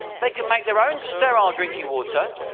they can make their own sterile drinking water,